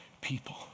people